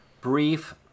brief